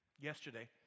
Yesterday